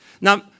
Now